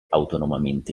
autonomamente